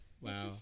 wow